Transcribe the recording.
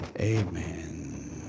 Amen